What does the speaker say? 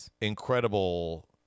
incredible